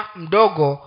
mdogo